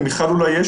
למיכל אולי יש.